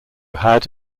had